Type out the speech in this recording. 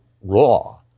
raw